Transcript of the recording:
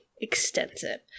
extensive